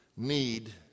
Need